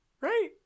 Right